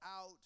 out